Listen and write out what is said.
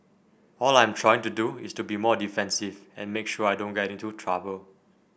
all I am trying to do is to be more defensive and make sure I don't get into trouble